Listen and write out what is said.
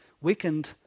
weakened